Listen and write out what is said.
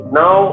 now